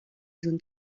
zones